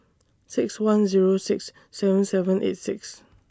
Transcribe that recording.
six one Zero six seven seven eight six